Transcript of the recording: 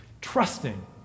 Trusting